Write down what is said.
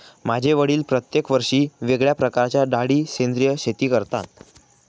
माझे वडील प्रत्येक वर्षी वेगळ्या प्रकारच्या डाळी सेंद्रिय शेती करतात